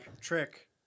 Trick